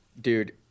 Dude